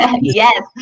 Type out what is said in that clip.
yes